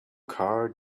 car